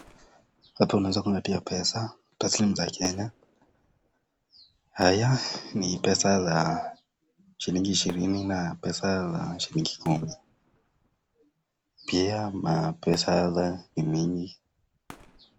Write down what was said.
Hapa unaweza kuona pia pesa taslimu za kenya haya ni pesa za shillingi ishirini na pesa za shillingi kumi mapesa ni mingi.